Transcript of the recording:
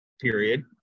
period